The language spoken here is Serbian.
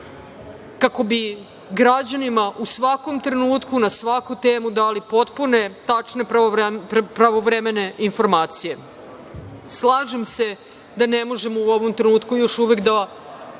kako bi građanima u svakom trenutku, na svaku temu dali potpune tačne, pravovremene informacije. Slažem se da ne možemo u ovom trenutku još uvek da